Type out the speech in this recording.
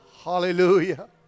Hallelujah